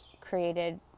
created